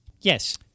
yes